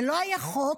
ולא היה חוק.